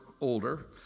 older